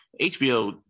HBO